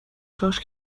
شاش